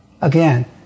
Again